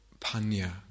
Panya